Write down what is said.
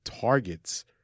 targets